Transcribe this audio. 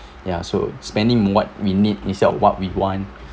ya so spending what we need instead of what we want